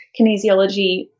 kinesiology